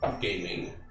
Gaming